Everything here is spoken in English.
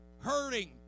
hurting